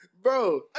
Bro